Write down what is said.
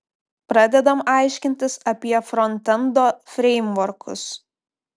pradedam aiškintis apie frontendo freimvorkus